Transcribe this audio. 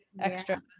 extra